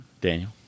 Daniel